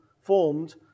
formed